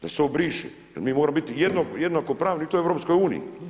Da se to briše jer mi moramo biti jednakopravni i to u EU-u.